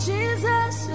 Jesus